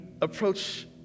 approach